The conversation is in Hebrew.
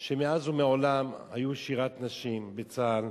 שמאז ומעולם היתה שירת נשים בצה"ל,